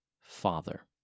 Father